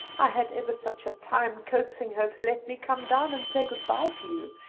i had ever such a time coaxing her to let me come down and say good-bye to you.